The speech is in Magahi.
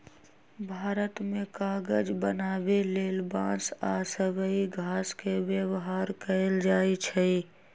भारत मे कागज बनाबे लेल बांस आ सबइ घास के व्यवहार कएल जाइछइ